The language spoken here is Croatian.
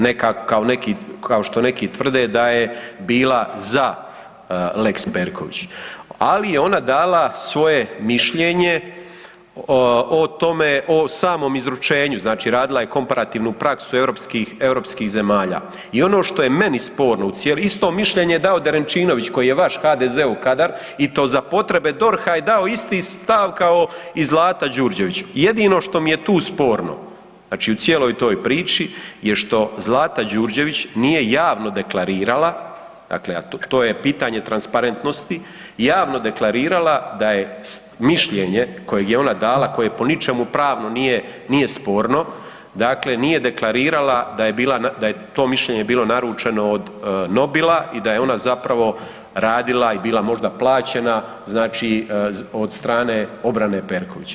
Ne kao što neki tvrde da je bila za lex Perković, ali je ona dala svoje mišljenje o tome, o samom izručenju, značila radila je komparativnu praksu europskih zemalja i ono što je meni sporno, isto mišljenje je dao Derenčinović koji je vaš HDZ-ov kadar i to za potrebe DORH-a je dao isti stav kao i Zlata Đurđević, jedino što mi je tu sporno, znači u cijeloj toj priči je što Zlata Đurđević nije javno deklarirala, dakle to je pitanje transparentnosti, javno deklarirala da je mišljenje koje je ona dala, koje po ničemu pravno nije sporno, dakle nije deklarirala da je to mišljenje bilo naručeno od Nobila i da je ona zapravo radila i bila možda plaćena, znači od strane obrane Perkovića.